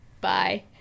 bye